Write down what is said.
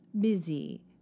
busy